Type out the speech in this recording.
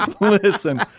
listen